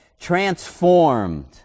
transformed